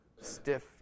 stiff